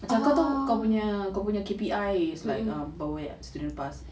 macam kau tahu kau punya kau punya K_P_I is like uh berapa banyak students pass